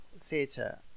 theatre